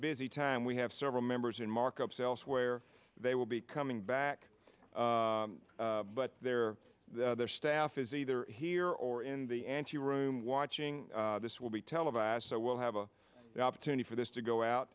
busy time we have several members in markups elsewhere they will be coming back but there their staff is either here or in the ante room watching this will be televised so we'll have a the opportunity for this to go out